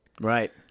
Right